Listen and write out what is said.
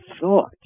thought